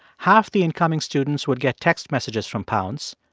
half the incoming students would get text messages from pounce,